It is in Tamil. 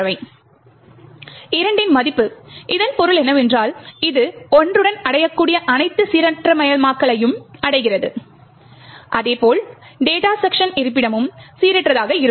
2 இன் மதிப்பு இதன் பொருள் என்னவென்றால் இது 1 உடன் அடையக்கூடிய அனைத்து சீரற்றமயமாக்கலையும் அடைகிறது அதே போல்டேட்டா செக்க்ஷன் இருப்பிடமும் சீரற்றதாக இருக்கும்